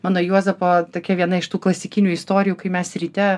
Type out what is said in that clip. mano juozapo tokia viena iš tų klasikinių istorijų kai mes ryte